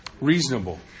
reasonable